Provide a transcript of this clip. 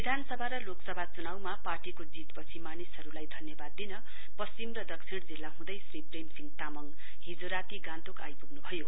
विधानसभा र लोकसभा चुनाउमा पार्टको जीतपछि मानिसहरुलाई धन्यवाद दिन पश्चिम र दक्षिण जिल्ला हुँदै श्री प्रेमसिंह तामङ हिजो राती गान्तोक आइपुग्नु भयो